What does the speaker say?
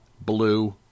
Blue